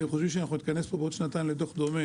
אתם חושבים שנתכנס כאן בעוד שנתיים לדוח דומה